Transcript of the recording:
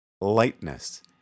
lightness